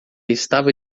estava